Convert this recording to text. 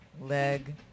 Leg